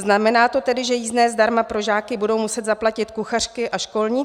Znamená to tedy, že jízdné zdarma pro žáky budou muset zaplatit kuchařky a školníci?